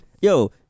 yo